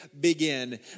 Begin